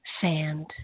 sand